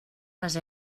les